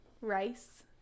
rice